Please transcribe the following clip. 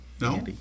No